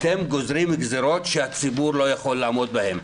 אתם גוזרים גזירות שהציבור לא יכול לעמוד בהן.